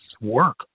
work